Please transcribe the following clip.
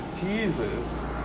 Jesus